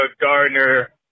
Gardner